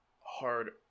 hard